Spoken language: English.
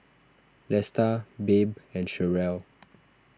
Lesta Babe and Cherelle